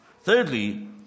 Thirdly